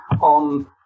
on